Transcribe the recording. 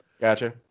Gotcha